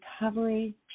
recovery